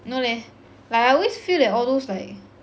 no leh like I always feel that all those like